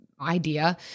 idea